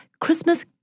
Christmas